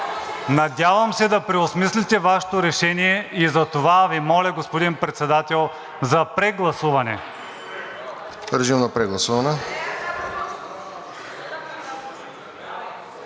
Надявам се да преосмислите Вашето решение. Затова Ви моля, господин Председател, за прегласуване.